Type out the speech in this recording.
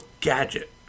gadget